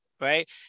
right